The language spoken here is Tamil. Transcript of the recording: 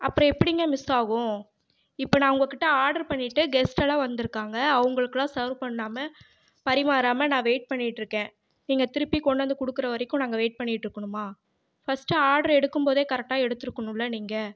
அப்பறம் எப்படிங்க மிஸ் ஆகும் இப்போ நான் உங்ககிட்ட ஆர்டர் பண்ணிகிட்டு கெஸ்டெல்லாம் வந்துருக்காங்க அவங்களுக்குலாம் செர்வ் பண்ணாமல் பரிமாறாமல் நான் வெயிட் பண்ணிட்டுருக்கேன் நீங்கள் திருப்பி கொண்டு வந்து கொடுக்குற வரைக்கும் நாங்கள் வெயிட் பண்ணிட்டுருக்கணுமா ஃபஸ்ட்டு ஆர்டரு எடுக்கும்போது கரெக்டாக எடுத்துருக்குணும்ல நீங்கள்